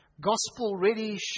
gospel-ready